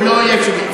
הוא לא אויב שלי.